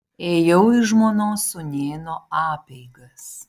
ėjau į žmonos sūnėno apeigas